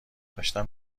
داشتم